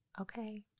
okay